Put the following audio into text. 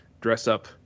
dress-up